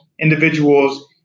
individuals